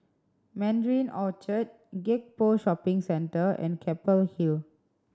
Mandarin Orchard Gek Poh Shopping Centre and Keppel Hill